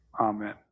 Amen